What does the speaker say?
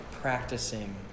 practicing